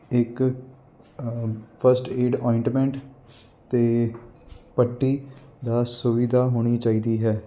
ਇੱਕ first aid ointment ਅਤੇ ਪੱਟੀ ਦਾ ਸੁਵਿਧਾ ਹੋਣੀ ਚਾਹੀਦੀ ਹੈ